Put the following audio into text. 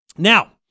Now